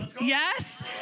Yes